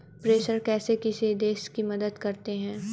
प्रेषण कैसे किसी देश की मदद करते हैं?